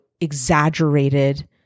exaggerated